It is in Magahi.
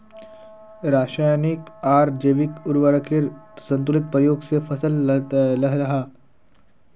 राशयानिक आर जैविक उर्वरकेर संतुलित प्रयोग से फसल लहलहा